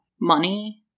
money